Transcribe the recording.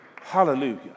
Hallelujah